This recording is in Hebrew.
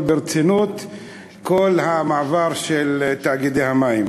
לשקול ברצינות כל המעבר של תאגידי המים.